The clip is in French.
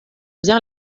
bien